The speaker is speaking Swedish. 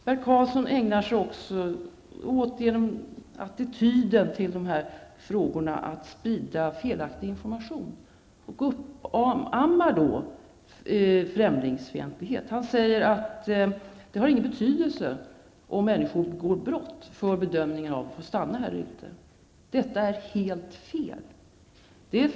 Bert Karlsson ägnar sig, med hjälp av sin attityd till frågorna, att sprida felaktig information och uppammar främlingsfientlighet. Han säger att det har ingen betydelse om människor begår brott för bedömningen av om de får stanna här eller ej. Detta är helt fel.